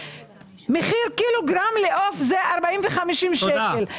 מחיר קילוגרם לעוף זה 40 או 50 שקל.